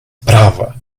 prava